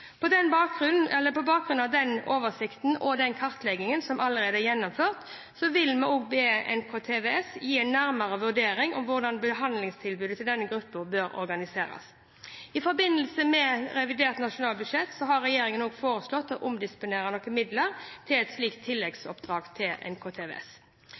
av den oversikten og kartleggingen som allerede er gjennomført, vil vi be NKVTS gi en nærmere vurdering av hvordan behandlingstilbudet til denne gruppen bør organiseres. I forbindelse med revidert nasjonalbudsjett har regjeringen også foreslått å omdisponere midler til et slikt